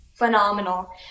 Phenomenal